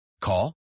Call